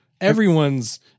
everyone's